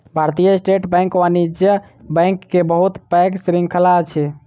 भारतीय state bank वाणिज्य bank के बहुत पैघ श्रृंखला अछि